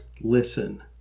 listen